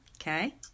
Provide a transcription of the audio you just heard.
Okay